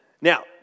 Now